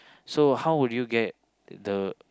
so how would you get the